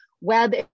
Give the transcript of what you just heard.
web